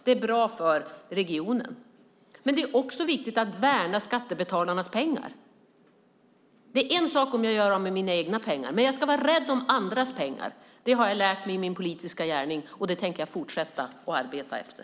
Det är bra för regionen. Det är också viktigt att värna skattebetalarnas pengar. Det är en sak om jag gör av med mina egna pengar, men jag ska vara rädd om andras pengar. Det har jag lärt mig i min politiska gärning, och det tänker jag fortsätta att arbeta efter.